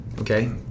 okay